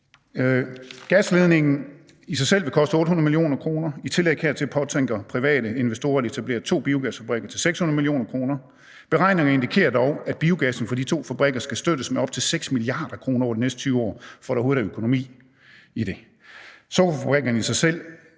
Gasledningen i sig selv vil koste 800 mio. kr. I tillæg hertil påtænker private investorer at etablere to biogasfabrikker til 600 mio. kr. Beregninger indikerer dog, at biogassen fra de to fabrikker skal støttes med op til 6 mia. kr. over de næste 20 år, for at der overhovedet er økonomi i det. Sukkerfabrikkerne siger selv,